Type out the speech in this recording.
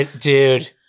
Dude